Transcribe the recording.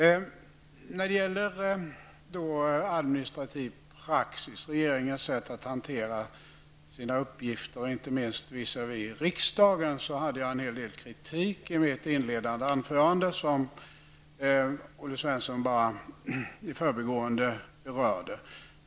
När det gäller administrativ praxis, regeringens sätt att hantera sina uppgifter, inte minst visavi riksdagen, hade jag en hel del kritik i mitt inledningsanförande, som Olle Svensson berörde bara i förbigående.